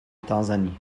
tanzanie